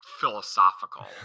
philosophical